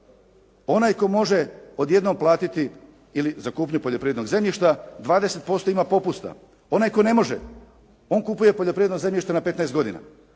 onaj tko može odjednom platiti ili za kupnju poljoprivrednog zemljišta, 20% ima popusta. Onaj tko ne može, on kupuje poljoprivredno zemljište na 15 godina.